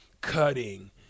cutting